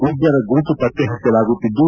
ಉಗ್ರರ ಗುರುತು ಪತ್ತೆ ಹಚ್ಚಲಾಗುತ್ತಿದ್ದು